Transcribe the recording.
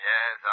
Yes